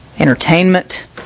Entertainment